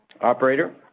Operator